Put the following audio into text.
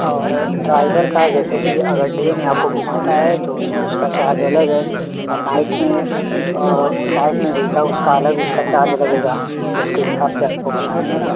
और ड्राइवर का जैसे कि अगर डे में आपको घुमाता है तो उस उसका चार्ज अलग है और नाइट में नाइट में भी का उसका अलग उसका चार्ज लगेगा तो उसके हिसाब से आपको बताएँगे न